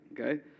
Okay